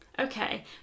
okay